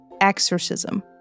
exorcism